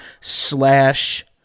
slash